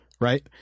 right